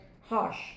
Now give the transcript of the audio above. harsh